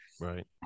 right